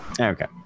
okay